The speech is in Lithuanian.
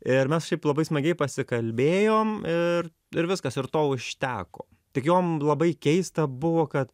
ir mes šiaip labai smagiai pasikalbėjom ir ir viskas ir to užteko tik jom labai keista buvo kad